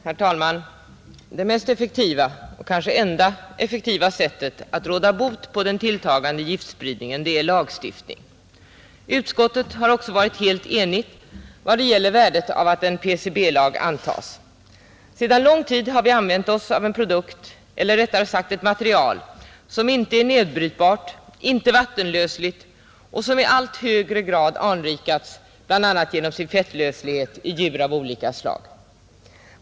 Herr talman! Det mest effektiva, kanske enda effektiva sättet att råda bot på den tilltagande giftspridningen är lagstiftning. Utskottet har också varit helt enigt i vad gäller värdet av att en PCB-lag antas, Sedan lång tid har vi använt oss av en produkt eller rättare sagt ett material som inte är nedbrytbart, inte vattenlösligt och som i allt högre grad anrikats, bl.a. genom sin fettlöslighet, i djur av olika slag.